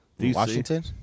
Washington